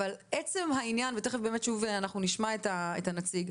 אבל עצם הענין ותכף שוב אנחנו נשמע את הנציג,